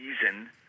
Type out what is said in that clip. season